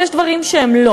ויש דברים שלא.